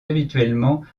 habituellement